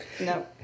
No